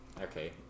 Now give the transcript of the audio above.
Okay